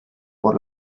por